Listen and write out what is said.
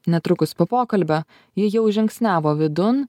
netrukus po pokalbio ji jau žingsniavo vidun